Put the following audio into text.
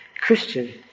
Christian